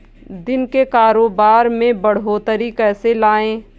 दिन के कारोबार में बढ़ोतरी कैसे लाएं?